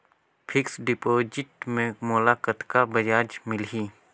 Fixed deposit मे मोला कतका ब्याज मिलही?